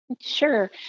Sure